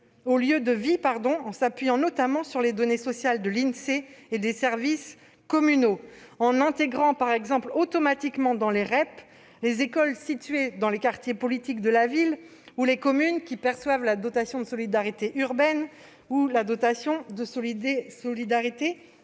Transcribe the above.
au lieu de vie et en s'appuyant, notamment, sur les données sociales de l'Insee et des services communaux. En intégrant automatiquement dans les REP les écoles situées dans des quartiers prioritaires de la politique de ville ou des communes percevant la dotation de solidarité urbaine ou la dotation de solidarité